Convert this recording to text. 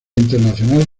internacional